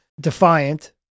defiant